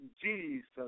Jesus